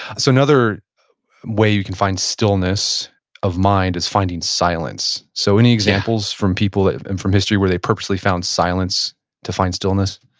so, another way you can find stillness of mind is finding silence. so, any examples from people and from history where they purposely found silence to find stillness?